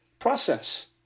process